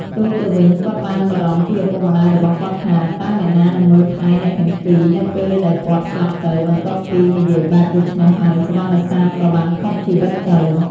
ផ្ទុយទៅវិញ គាត់បានបារម្ភពីឪពុកម្ដាយរបស់គាត់ថា តើអ្នកណានឹងមើលថែអ្នកទាំងពីរនៅពេលដែលគាត់ស្លាប់ទៅ បន្ទាប់ពីនិយាយបែបដូច្នេះហើយសុវណ្ណសាមក៏បានផុតជីវិតទៅ។